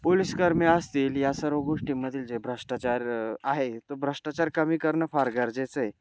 पोलिसकर्मी असतील या सर्व गोष्टींमधील जे भ्रष्टाचार आहे तो भ्रष्टाचार कमी करणं फार गरजेचं आहे